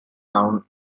down